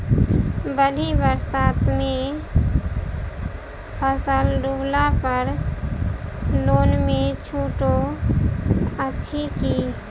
बाढ़ि बरसातमे फसल डुबला पर लोनमे छुटो अछि की